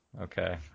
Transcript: Okay